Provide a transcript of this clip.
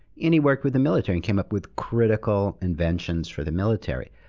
and he worked with the military, and came up with critical inventions for the military.